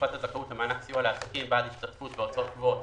תקופת הזכאות למענק סיוע לעסקים בעד השתתפות בהוצאות קבועות),